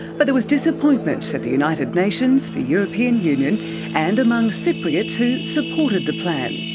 but there was disappointment at the united nations, the european union and among cypriots who supported the plan.